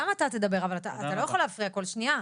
גם אתה תדבר אבל אתה לא יכול להפריע כל שנייה.